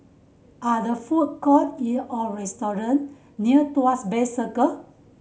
are the food court in or restaurant near Tuas Bay Circle